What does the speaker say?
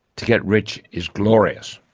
to get rich is glorious.